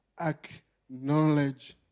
acknowledge